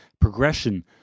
progression